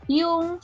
yung